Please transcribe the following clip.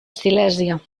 silèsia